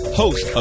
host